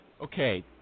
Okay